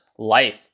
Life